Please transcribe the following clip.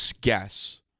guess